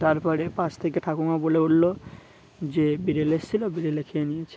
তারপরে পাশ থেকে ঠাকুমা বলে উঠলো যে বিড়লে এসেছিলো বিড়লে খেয়ে নিয়েছে